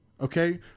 Okay